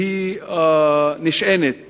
שנשענת